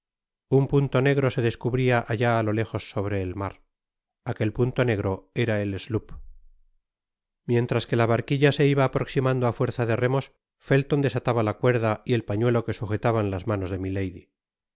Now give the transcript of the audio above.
un punto negro se descubría allá á lo lejos sobre el mar aquel punto negro era el sloop mientras que la barquilla se iba aproximando á fuerza de remos felton desataba la cuerda y el pañuelo que sujetaban las manos demilady